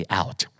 out